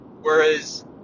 Whereas